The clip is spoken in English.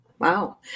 Wow